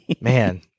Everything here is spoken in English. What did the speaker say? Man